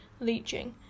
leaching